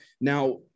now